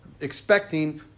expecting